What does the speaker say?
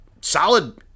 Solid